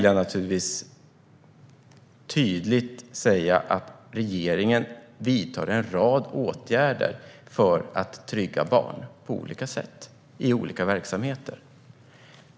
Jag vill tydligt säga att regeringen vidtar en rad åtgärder för att trygga barn på olika sätt och i olika verksamheter.